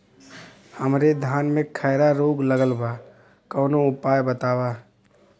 हमरे धान में खैरा रोग लगल बा कवनो उपाय बतावा?